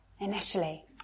initially